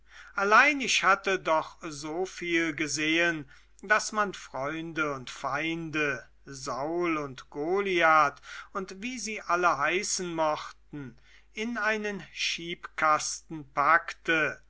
allein ich hatte doch so viel gesehen daß man freunde und feinde saul und goliath und wie sie alle heißen mochten in einen schiebkasten packte